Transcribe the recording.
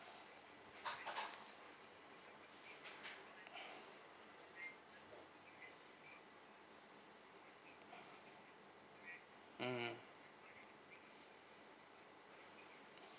mm